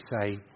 say